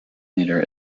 leader